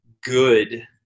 good